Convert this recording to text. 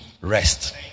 rest